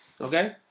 Okay